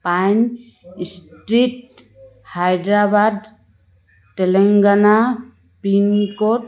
pine street Hyderabad Telangana pincode